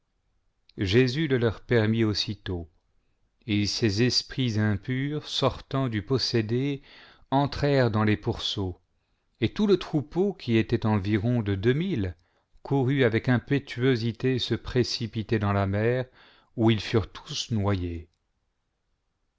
jésus le leur permit aussitôt et ces esprits impurs sortant du possédé entrèrent dans les pourceaux et tout le troupeau qui était environ de deux mille courut avec impétuosité se précipiter dans la mer où ils furent tous noyés